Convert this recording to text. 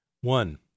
One